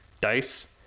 dice